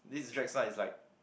this drag star is like